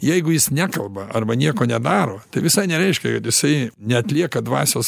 jeigu jis nekalba arba nieko nedaro tai visai nereiškia kad jisai neatlieka dvasios